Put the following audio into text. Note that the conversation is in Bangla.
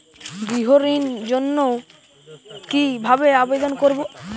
গৃহ ঋণ জন্য কি ভাবে আবেদন করব?